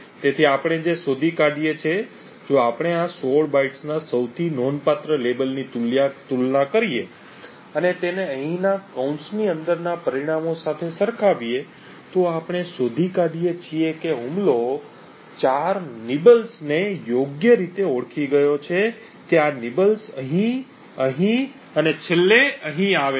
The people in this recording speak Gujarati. તેથી આપણે જો શોધી કાઢીએ કે જો આપણે આ 16 બાઇટ્સના સૌથી નોંધપાત્ર લેબલની તુલના કરીએ અને તેને અહીંના કૌંસની અંદરના પરિણામો સાથે સરખાવીએ તો આપણે શોધી કાઢીએ છીએ કે હુમલો 4 નિબલ્સ ને યોગ્ય રીતે ઓળખી ગયો છે કે આ nibbles અહીં અહીં અને છેલ્લે અહીં આવે છે